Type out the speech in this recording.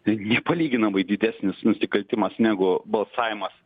tai nepalyginamai didesnis nusikaltimas negu balsavimas